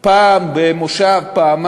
פעם אחת במושב,